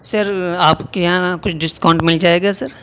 سر آپ کے یہاں کچھ ڈسکاؤنٹ مل جائے گا سر